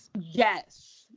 yes